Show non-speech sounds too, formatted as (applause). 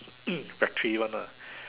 (coughs) factory one ah